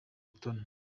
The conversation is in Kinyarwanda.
butoni